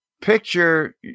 picture